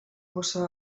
borsa